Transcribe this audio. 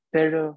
Pero